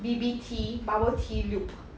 B_B_T bubble tea loop